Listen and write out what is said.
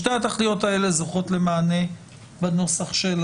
שתי התכליות האלה זוכות למענה בנוסח של